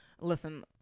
listen